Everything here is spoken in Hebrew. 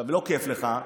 לא כיף לך,